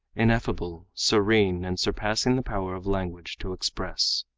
ineffable, serene, and surpassing the power of language to express.